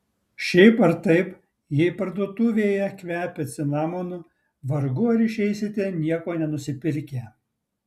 šiaip ar taip jei parduotuvėje kvepia cinamonu vargu ar išeisite nieko nenusipirkę